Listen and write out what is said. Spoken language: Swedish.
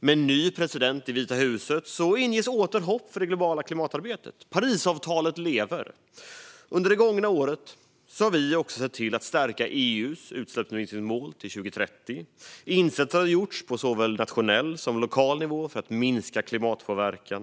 Med en ny president i Vita huset inges åter hopp för det globala klimatarbetet - Parisavtalet lever. Under det gångna året har vi också sett till att stärka EU:s utsläppsminskningsmål till 2030. Insatser har gjorts på såväl nationell som lokal nivå för att minska klimatpåverkan.